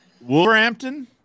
Wolverhampton